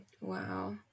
Wow